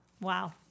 Wow